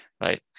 right